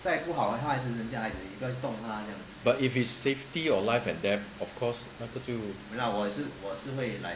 but if it's safety or life and death of course 那个就